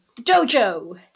Dojo